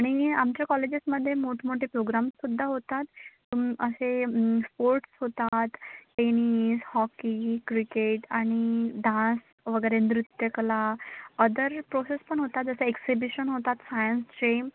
आणि आमच्या कॉलेजेसमध्ये मोठमोठे प्रोग्राम्ससुद्धा होतात तुम असे स्पोर्ट्स होतात टेनिस हॉकी क्रिकेट आणि डान्स वगैरे नृत्यकला अदर प्रोसेस पण होतात जसे एक्सिबिशन होतात सायन्सचे